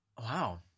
wow